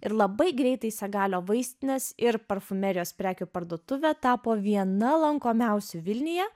ir labai greitai segalio vaistinės ir parfumerijos prekių parduotuvė tapo viena lankomiausių vilniuje